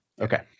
Okay